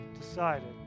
decided